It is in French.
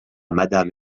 madame